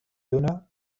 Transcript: lluna